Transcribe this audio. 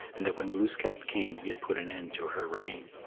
and that when glooskap came he had put an end to her reign.